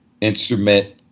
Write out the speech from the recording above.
instrument